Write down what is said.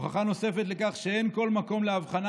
הוכחה נוספת לכך שאין כל מקום להבחנה